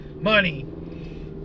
money